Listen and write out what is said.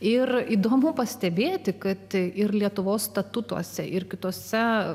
ir įdomu pastebėti kad ir lietuvos statutuose ir kituose